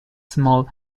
small